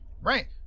Right